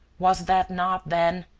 was that not, then,